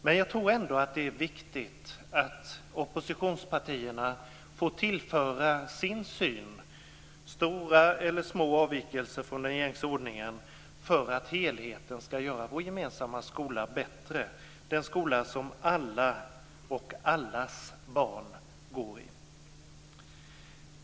Men jag tror ändå att det är viktigt att oppositionspartierna får tillföra sin syn, med stora eller små avvikelser från den gängse ordningen, för att helheten skall göra vår gemensamma skola bättre - den skola som alla och allas barn går i.